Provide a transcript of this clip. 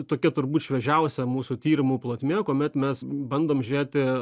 tokia turbūt šviežiausia mūsų tyrimų plotmė kuomet mes bandom žiūrėti